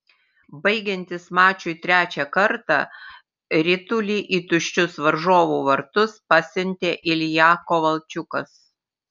baigiantis mačui trečią kartą ritulį į tuščius varžovų vartus pasiuntė ilja kovalčiukas